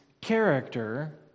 character